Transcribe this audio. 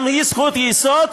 גם היא זכות יסוד,